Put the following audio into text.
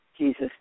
Jesus